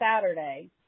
Saturday